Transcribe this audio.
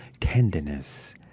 tenderness